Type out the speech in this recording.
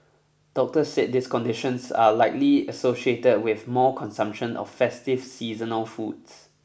doctors said these conditions are likely associated with more consumption of festive seasonal foods